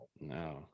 No